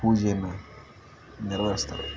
ಪೂಜೆಯನ್ನು ನೆರವೇರ್ಸ್ತಾರೆ